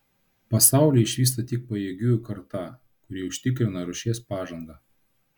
pasaulį išvysta tik pajėgiųjų karta kuri užtikrina rūšies pažangą